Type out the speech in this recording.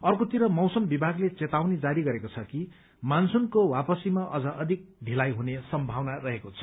अर्कोतिर मौसम विभागले चेतावनी जारी गरेको छ कि मनसूनको वापसीमा अझ अधिक ढिलाई हुने सम्भावना रहेको छ